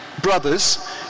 brothers